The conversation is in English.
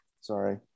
Sorry